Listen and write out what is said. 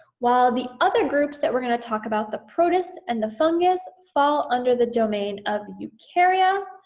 while the other groups that we're gonna talk about, the protists and the fungus fall under the domain of the eukarya,